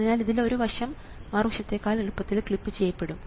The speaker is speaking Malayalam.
അതിനാൽ ഇതിൽ ഒരു വശം മറുവശത്തേക്കാൾ എളുപ്പത്തിൽ ക്ലിപ്പ് ചെയ്യപ്പെടും